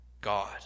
God